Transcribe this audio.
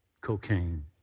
cocaine